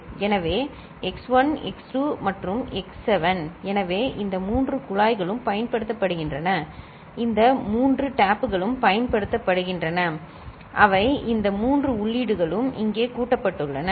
y x1 x2 x7 எனவே x1 x2 மற்றும் x7 எனவே இந்த மூன்று குழாய்களும் பயன்படுத்தப்படுகின்றன இந்த மூன்று குழாய்களும் பயன்படுத்தப்படுகின்றன அவை இந்த மூன்று உள்ளீடுகளும் இங்கே கூட்டப்பட்டுள்ளன